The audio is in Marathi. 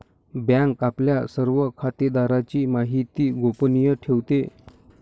बँक आपल्या सर्व खातेदारांची माहिती गोपनीय ठेवते